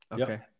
Okay